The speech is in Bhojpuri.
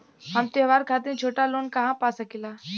हम त्योहार खातिर छोटा लोन कहा पा सकिला?